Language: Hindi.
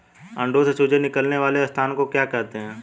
अंडों से चूजे निकलने वाले स्थान को क्या कहते हैं?